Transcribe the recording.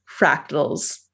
fractals